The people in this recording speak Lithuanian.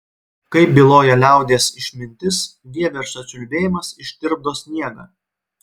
kaip byloja liaudies išmintis vieversio čiulbėjimas ištirpdo sniegą